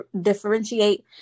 differentiate